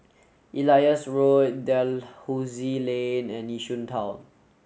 Elias Road Dalhousie Lane and Yishun Town